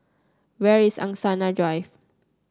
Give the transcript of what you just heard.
where is Angsana Drive